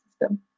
system